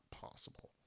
possible